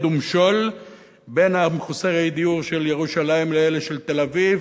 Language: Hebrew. ומשול בין מחוסרי הדיור של ירושלים לאלה של תל-אביב,